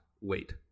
wait